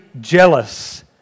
jealous